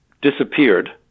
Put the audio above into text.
disappeared